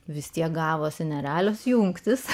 vis tiek gavosi nerealios jungtis